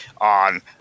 on –